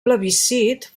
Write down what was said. plebiscit